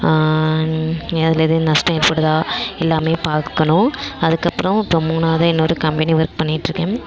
அதில் எதுவும் நஷ்டம் ஏற்படுதா எல்லாமே பார்க்கணும் அதுக்கப்புறம் இப்போ மூணாவதாக இன்னொரு கம்பேனி ஒர்க் பண்ணிகிட்ருக்கேன்